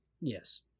Yes